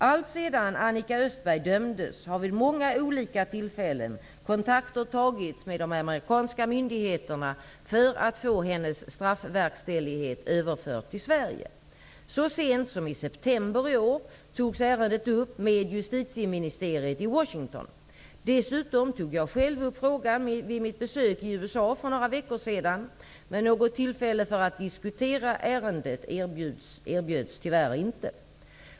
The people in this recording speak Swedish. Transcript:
Alltsedan Annika Östberg dömdes har vid många olika tillfällen kontakter tagits med de amerikanska myndigheterna för att få hennes straffverkställighet överförd till Sverige. Så sent som i september i år togs ärendet upp med justitieministeriet i Washington. Dessutom tog jag själv upp frågan vid mitt besök i USA för några veckor sedan. Något tillfälle för att diskutera ärendet erbjöds tyvärr inte.